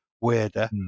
weirder